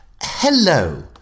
hello